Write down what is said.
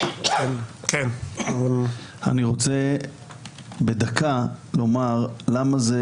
אני רוצה בדקה לומר למה זה